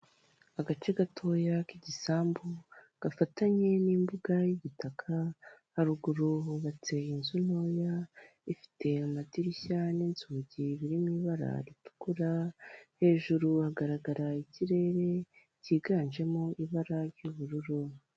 Agace gatoya k'igisambu gafatanye n'imbuga y'igitaka, haruguru hubatse inzu ntoya ifite amadirishya n'inzugi biri mu ibara ritukura, hejuru hagaragara ikirere cyiganjemo ibara ry'ubururu.